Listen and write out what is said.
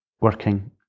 working